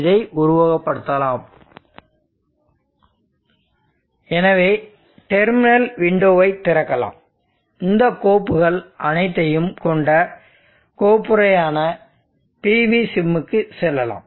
இதை உருவகப்படுத்தலாம் எனவே டெர்மினல் விண்டோவை திறக்கலாம் இந்த கோப்புகள் அனைத்தையும் கொண்ட கோப்புறையான pvsim க்கு செல்லலாம்